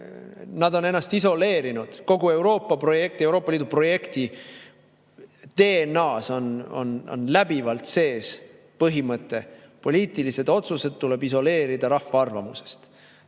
Nad on ennast isoleerinud. Kogu Euroopa Liidu projekti DNA‑s on läbivalt sees põhimõte: poliitilised otsused tuleb isoleerida rahva arvamusest.